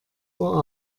uhr